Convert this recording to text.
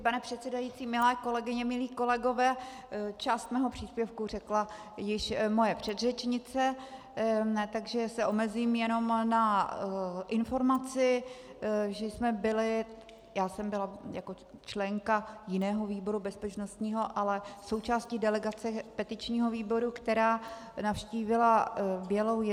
Pane předsedající, milé kolegyně, milí kolegové, část mého příspěvku řekla již moje předřečnice, takže se omezím jenom na informaci, že jsme byli, já jsem byla jako členka jiného výboru, bezpečnostního, ale součástí delegace petičního výboru, která navštívila BělouJezovou.